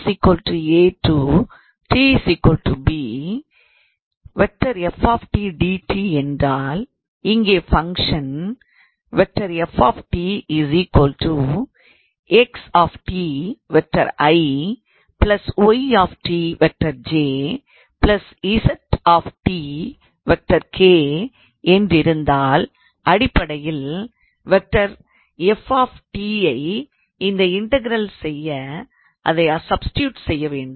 ∫𝑡𝑡𝑎𝑏 𝑓⃗𝑡𝑑𝑡 என்றால் இங்கே ஃபங்க்ஷன் 𝑓⃗𝑡 𝑥𝑡𝑖̂ 𝑦𝑡𝑗̂ 𝑧𝑡𝑘̂ என்றிருந்தால் அடிப்படையில் வெக்டார் 𝑓⃗𝑡 ஐ இந்த இன்டகரல் செய்ய அதை சப்ஸ்டிடியூட் செய்ய வேண்டும்